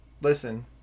Listen